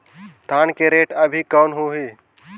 धान के रेट अभी कौन होही?